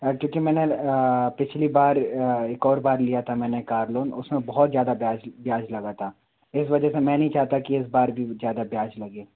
क्योंकि मैंने पिछली बार एक और बार लिया था मैंने कार लोन उस में बहुत ज़्यादा ब्याज ब्याज लगा था इस वजह से मैं नहीं चाहता कि इस बार भी ज़्यादा ब्याज लगे